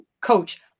coach